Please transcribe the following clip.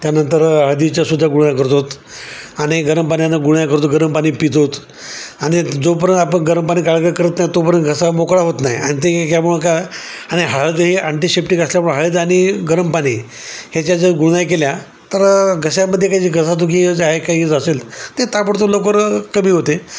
त्यानंतर हळदीच्या सुद्धा गुळण्या करतो आणि गरम पाण्यानं गुळण्या करतो गरम पाणी पितो आणि जोपर्यंत आपण गरम पाणी गार्गल करत नाही तोपर्यंत घसा मोकळा होत नाही आणि ते या मुळं काय आणि हळद ही अँटीशेप्टिक असल्यामुळे हळद आणि गरम पाणी ह्याच्या ज्या गुळण्या केल्या तर घशामध्ये काही जे घसादुखी जे आहे काही जे असेल ते ताबडतोब लवकर कमी होते